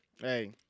Hey